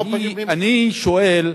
לא, אני שואל: